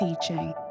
teaching